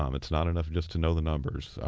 um it's not enough just to know the numbers.